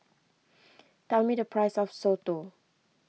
tell me the price of Soto